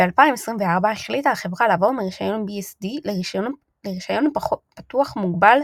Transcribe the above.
ב-2024 החליטה החברה לעבור מרישיון BSD לרישיון פתוח מוגבל